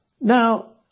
Now